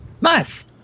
Nice